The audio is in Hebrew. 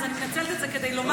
אז אני מנצלת את זה כדי לומר,